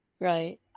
Right